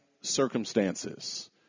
circumstances